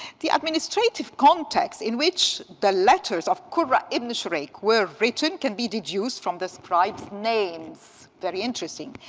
the administrative context in which the letters of qurra ibn sharik were written can be deduced from the scribes' names. very interesting.